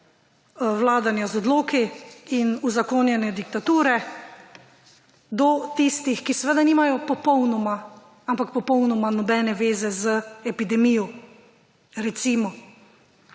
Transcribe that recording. vladanja z odloki in uzakonjenja diktature, do tistih, ki seveda nimajo popolnoma, ampak popolnoma nobene veze z epidemijo. Recimo